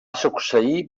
succeir